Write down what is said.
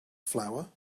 flour